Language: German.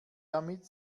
damit